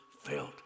felt